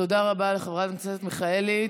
תודה רבה לחברת הכנסת מיכאלי.